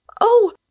Oh